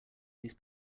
these